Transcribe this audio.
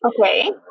Okay